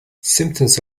symptoms